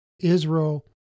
Israel